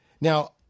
Now